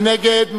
מי נגד?